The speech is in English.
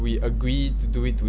we agree to do it to